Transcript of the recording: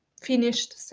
finished